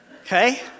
Okay